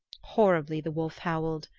horribly the wolf howled.